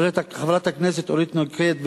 חברת הכנסת אורית נוקד,